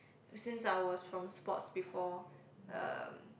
since I was from sports before um